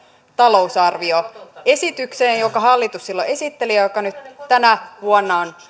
talousarvioesitykseen jonka hallitus silloin esitteli ja joka nyt tänä vuonna on